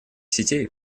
сетей